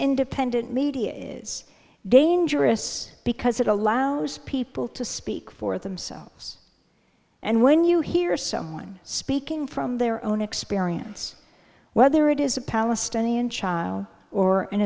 independent media is dangerous because it allows people to speak for themselves and when you hear someone speaking from their own experience whether it is a palestinian child or an